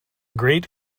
great